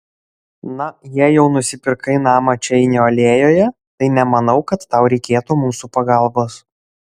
na jei jau nusipirkai namą čeinio alėjoje tai nemanau kad tau reikėtų mūsų pagalbos